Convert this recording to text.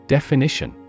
Definition